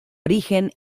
origen